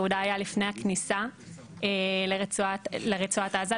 יהודה היה לפני הכניסה לרצועת עזה,